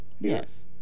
Yes